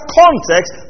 context